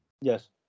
Yes